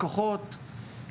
לקוחות,